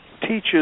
teaches